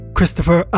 Christopher